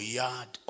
yard